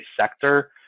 sector